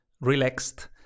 relaxed